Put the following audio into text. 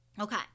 Okay